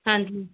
ਹਾਂਜੀ